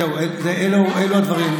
זהו, אלה הדברים.